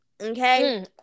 Okay